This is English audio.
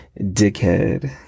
dickhead